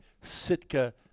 Sitka